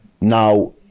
Now